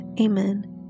Amen